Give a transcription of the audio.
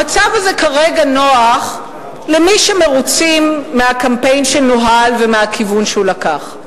המצב הזה כרגע נוח למי שמרוצים מהקמפיין שנוהל ומהכיוון שהוא לקח.